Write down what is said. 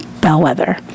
bellwether